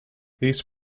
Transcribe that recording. these